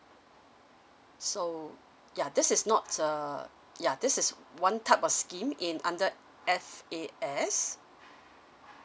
so ya this is not uh ya this is one type of scheme in under F_A_S